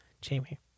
Jamie